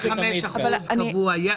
35% קבוע.